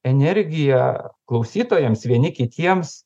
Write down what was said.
energiją klausytojams vieni kitiems